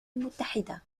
المتحدة